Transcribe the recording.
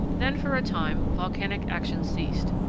then for a time volcanic action ceased,